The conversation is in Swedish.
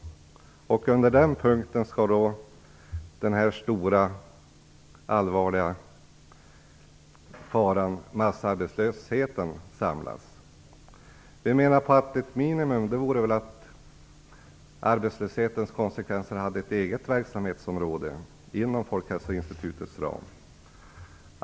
Under den punkten skall den stora allvarliga faran massarbetslöshet samlas. Vi menar att ett minimum vore att arbetslöshetens konsekvenser hade ett eget verksamhetsområde inom Folkhälsoinstitutets ram.